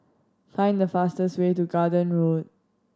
find the fastest way to Garden Road